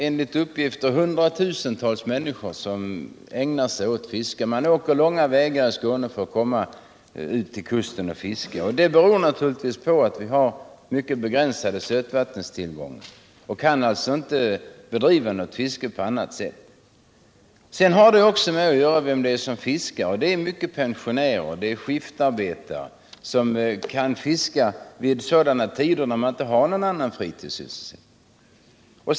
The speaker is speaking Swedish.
Enligt uppgift är det hundratusentals människor som ägnar sig åt fiske. I Skåne åker man långa vägar för att komma ut till kusten och fiska. Det beror naturligtvis på att vi har mycket begränsade sötvattenstillgångar. Sedan har det också betydelse i det här fallet vilka det är som fiskar, och det är exempelvis pensionärer och skiftarbetare, som kan fiska vid sådana tider när det inte finns någon annan fritidssysselsättning.